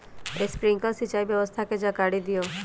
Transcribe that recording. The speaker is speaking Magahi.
स्प्रिंकलर सिंचाई व्यवस्था के जाकारी दिऔ?